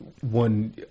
one